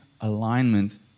alignment